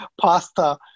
pasta